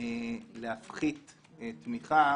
להפחית תמיכה,